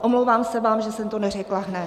Omlouvám se vám, že jsem to neřekla hned.